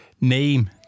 Name